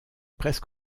presque